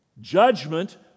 Judgment